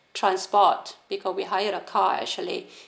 transport we got hire a car actually